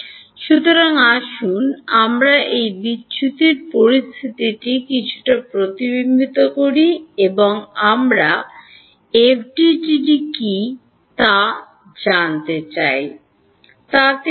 সুতরাং আসুন আমরা এই বিচ্যুতির পরিস্থিতিটি কিছুটা প্রতিবিম্বিত করি এবং আমরা এফডিটিডি কী তা আমাদের জানাতে চাই তা জানতে চাই